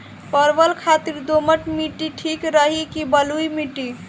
परवल खातिर दोमट माटी ठीक रही कि बलुआ माटी?